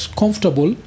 comfortable